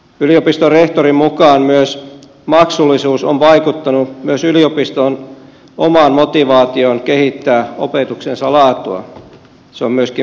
yliopiston rehtorin mukaan maksullisuus on vaikuttanut myös yliopiston omaan motivaatioon kehittää opetuksensa laatua se on myöskin merkille pantavaa